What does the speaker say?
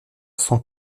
sans